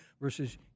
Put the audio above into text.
versus